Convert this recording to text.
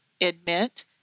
admit